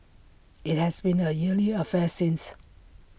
IT has been A yearly affair since